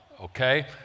okay